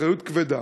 אחריות כבדה